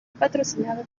patrocinado